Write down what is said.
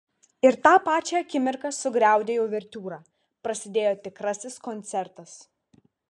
ir tą pačią akimirką sugriaudėjo uvertiūra prasidėjo tikrasis koncertas